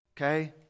okay